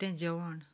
तें जेवण